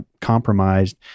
compromised